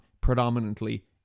predominantly